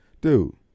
dude